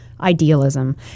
Idealism